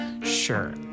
Sure